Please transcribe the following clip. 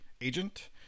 agent